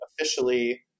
officially